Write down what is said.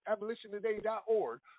abolitiontoday.org